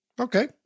Okay